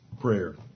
prayer